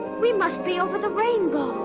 we must be over the rainbow!